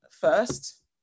first